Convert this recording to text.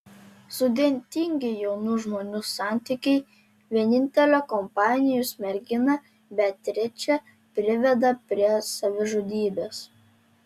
sudėtingi jaunų žmonių santykiai vienintelę kompanijos merginą beatričę priveda prie savižudybės